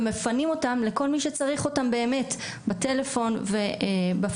ומפנים אותם לכל מי שצריך אותם באמת בטלפון ובפרונטלי.